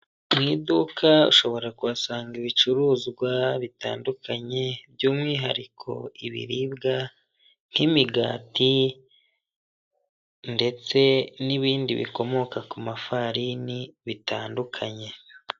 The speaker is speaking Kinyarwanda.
Mu iduka ushobora kuhasanga ibicuruzwa bitandukanye by'umwihariko ibiribwa, nk'imigati ndetse n'ibindi bikomoka ku mafarini bitandukanye.